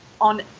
on